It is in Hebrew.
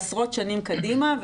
לעשרות שנים קדימה,